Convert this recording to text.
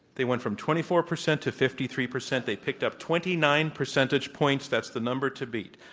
they went from twenty four percent to fifty three percent. they picked up twenty nine percentage points. that's the number to beat.